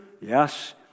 Yes